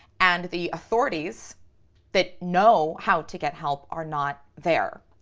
and the authorities that know how to get help are not there.